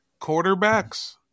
Quarterbacks